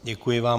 Děkuji vám.